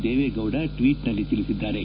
ದೇವೇಗೌಡ ಟ್ವೀಟ್ನಲ್ಲಿ ತಿಳಿಸಿದ್ದಾರೆ